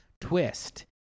twist